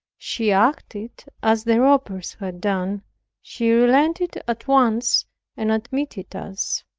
she acted as the robbers had done she relented at once and admitted us.